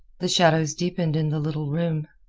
the shadows deepened in the little room.